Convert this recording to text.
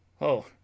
Oh